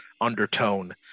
undertone